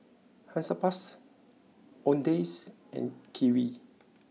Hansaplast Owndays and Kiwi